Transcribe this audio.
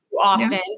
often